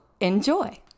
enjoy